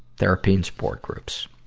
therapy and support groups.